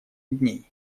дней